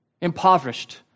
impoverished